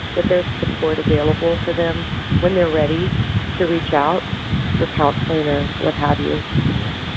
that there is support available for them when they're ready to reach out for counseling or what have you yeah